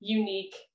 unique